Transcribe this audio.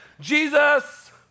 Jesus